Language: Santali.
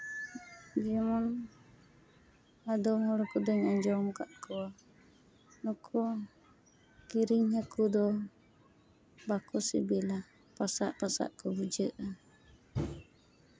ᱡᱮᱢᱚᱱ ᱟᱫᱚᱢ ᱦᱚᱲ ᱠᱚᱫᱚᱧ ᱟᱸᱡᱚᱢ ᱟᱠᱟᱫ ᱠᱚᱣᱟ ᱱᱩᱠᱩ ᱠᱤᱨᱤᱧ ᱦᱟᱹᱠᱩ ᱫᱚ ᱵᱟᱠᱚ ᱥᱤᱵᱤᱞᱟ ᱯᱟᱥᱟᱜ ᱯᱟᱥᱟᱜ ᱠᱚ ᱵᱩᱡᱷᱟᱹᱜᱼᱟ